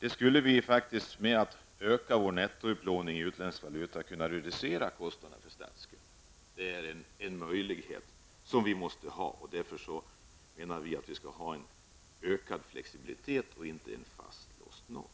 Genom att öka vår nettoupplåning i utländsk valuta skulle vi faktiskt kunna reducera kostnaderna för statsskulden. Detta är en möjlighet som vi måste ha, och därför menar vi alltså att det måste finnas en större flexibilitet och inte en fastlåst norm.